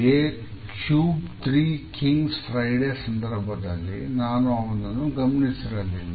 A cube three kings Friday ಸಂದರ್ಭದಲ್ಲಿ ನಾನು ಅವನನ್ನು ಗಮನಿಸಿರಲಿಲ್ಲ